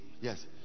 Yes